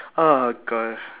oh gosh